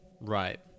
Right